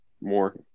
more